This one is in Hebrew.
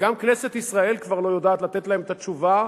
וגם כנסת ישראל כבר לא יודעת לתת להם את התשובה,